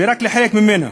ורק לחלק ממנה.